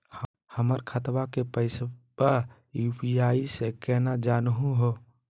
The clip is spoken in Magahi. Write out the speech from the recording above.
हमर खतवा के पैसवा यू.पी.आई स केना जानहु हो?